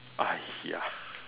!aiya!